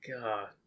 God